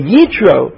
Yitro